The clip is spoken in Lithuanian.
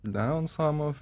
leon somov